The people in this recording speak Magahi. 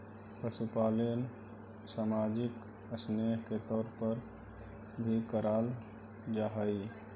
पशुपालन सामाजिक स्नेह के तौर पर भी कराल जा हई